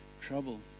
trouble